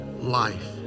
life